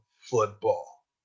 football